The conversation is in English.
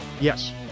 Yes